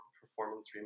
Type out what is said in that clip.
performance